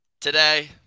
today